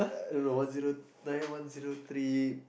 uh I don't know one zero nine one zero three